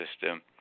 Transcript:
system